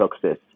success